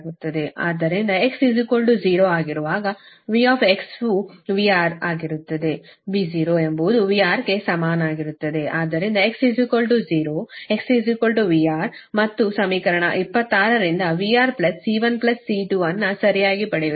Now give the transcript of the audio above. ಆದ್ದರಿಂದ x 0 ಆಗಿರುವಾಗV ವು VR ಆಗಿರುತ್ತದೆ V 0 ಎಂಬುದು VR ಗೆ ಸಮನಾಗಿರುತ್ತದೆ ಆದ್ದರಿಂದ x 0 VR ಮತ್ತು ಸಮೀಕರಣ 26 ರಿಂದ VR C1 C2 ಅನ್ನು ಸರಿಯಾಗಿ ಪಡೆಯುತ್ತೇವೆ